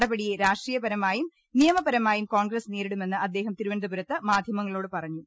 നടപടിയെ രാഷ്ട്രീയപരമായും നിയമപരമായും കോൺഗ്രസ് നേരിടു മെന്ന് അദ്ദേഹം തിരുവനന്തപുരത്ത് മാധ്യമങ്ങളോട് പറഞ്ഞു